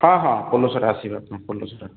ହଁ ହଁ ପୋଲସରା ଆସିବେ ଆପଣ ପୋଲସରା